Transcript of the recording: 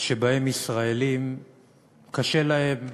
שבהם ישראלים קשה להם,